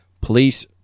Police